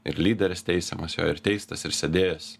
ir lyderis teisiamas jo ir teistas ir sėdėjęs